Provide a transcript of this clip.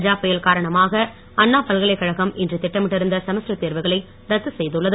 கஜா புயல் காரணமாக அண்ணா பல்கலைக்கழகம் இன்று திட்டமிட்டிருந்த செமஸ்ட்டர் தேர்வுகளை ரத்து செய்துள்ளது